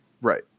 Right